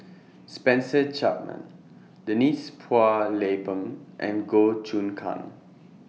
Spencer Chapman Denise Phua Lay Peng and Goh Choon Kang